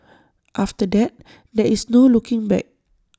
after that there's no looking back